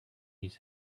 his